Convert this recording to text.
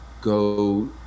go